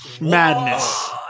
madness